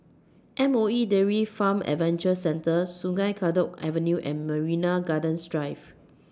M O E Dairy Farm Adventure Centre Sungei Kadut Avenue and Marina Gardens Drive